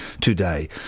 today